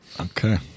Okay